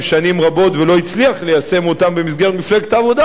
שנים רבות ולא הצליח ליישם אותם במסגרת מפלגת העבודה,